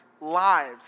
lives